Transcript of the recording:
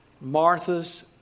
Martha's